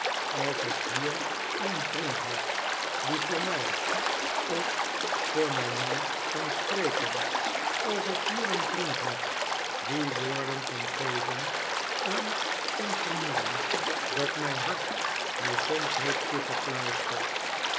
als ik hier een vriend heb die voor mij of voor mijn man kan spreken als ik hier een vriend heb die woorden kan geven aan een vermoeden dat mijn hart mij soms heeft